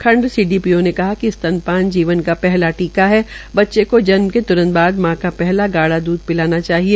खंड सीडीपीओ ने कहा कि स्तनपान जीवन का पहला टीका है बच्चे को जन्म के त्रंत बाद मां का पहला गाढ़ा दूध पिलाना चाहिए